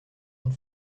und